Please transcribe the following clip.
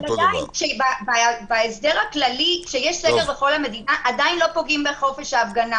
אבל עדיין בהסדר הכללי כשיש סגר בכל המדינה לא פוגעים בחופש ההפגנה.